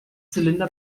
zylinder